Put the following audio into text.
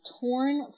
torn